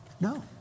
No